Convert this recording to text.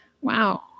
Wow